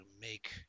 make